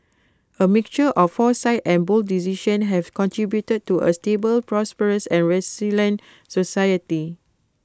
A mixture of foresight and bold decisions have contributed to A stable prosperous and resilient society